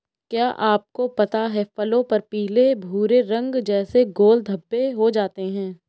क्या आपको पता है फलों पर पीले भूरे रंग जैसे गोल धब्बे हो जाते हैं?